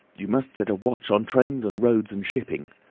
you must set a watch on trains and roads and shipping.